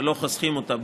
ולא חוסכים אותה,